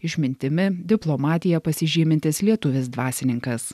išmintimi diplomatija pasižymintis lietuvis dvasininkas